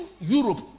Europe